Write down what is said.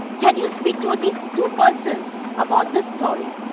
can you speak to at least two persons about this story?